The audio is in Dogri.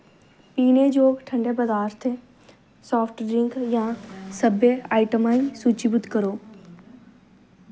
पीनेजोग ठंडे पदार्थें साफ्ट ड्रिंक जां सब्भै आइटमां सूचीबद्ध करो